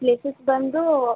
places ಬಂದು